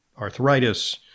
arthritis